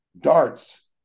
darts